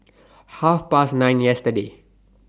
Half Past nine yesterday